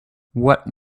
what